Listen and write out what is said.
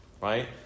Right